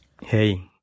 Hey